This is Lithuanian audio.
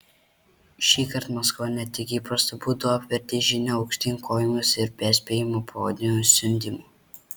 šįkart maskva ne tik įprastu būdu apvertė žinią aukštyn kojomis ir perspėjimą pavadino siundymu